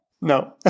No